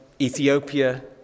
Ethiopia